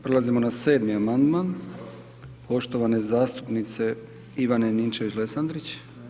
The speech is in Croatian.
Prelazimo na 7. amandman poštovane zastupnice Ivane Ninčević Lesandrić.